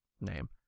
name